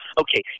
okay